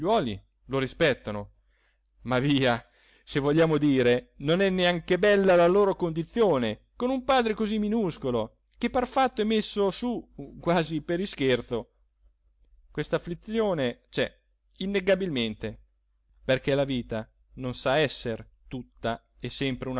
lo rispettano ma via se vogliamo dire non è neanche bella la loro condizione con un padre così minuscolo che par fatto e messo su quasi per ischerzo questa afflizione c'è innegabilmente perché la vita non sa esser tutta e sempre